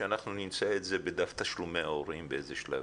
שאנחנו נמצא את זה בדף תשלומי ההורים באיזה שלב.